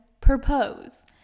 propose